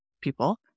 people